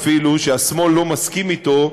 אפילו שהשמאל לא מסכים לו,